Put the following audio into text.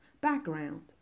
Background